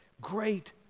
great